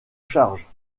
charge